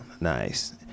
nice